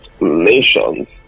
nations